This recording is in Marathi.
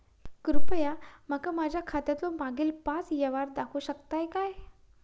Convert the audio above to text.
कृपया माका माझ्या खात्यातलो मागील पाच यव्हहार दाखवु शकतय काय?